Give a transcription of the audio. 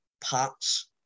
parts